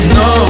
no